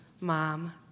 mom